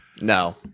No